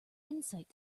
insight